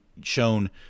shown